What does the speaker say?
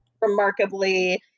remarkably